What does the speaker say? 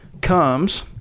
comes